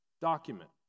document